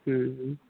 ਹੂੰ ਹੂੰ